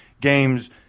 games